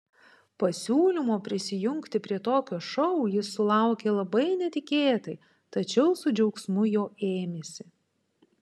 pasiūlymo prisijungti prie tokio šou jis sulaukė labai netikėtai tačiau su džiaugsmu jo ėmėsi